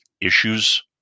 issues